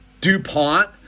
DuPont